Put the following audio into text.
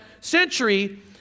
century